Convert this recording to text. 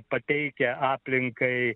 pateikia aplinkai